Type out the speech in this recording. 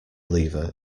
lever